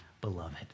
beloved